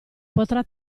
potrà